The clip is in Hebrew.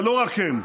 ולא רק הם,